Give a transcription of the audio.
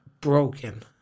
Broken